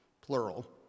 plural